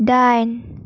दाइन